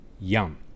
yum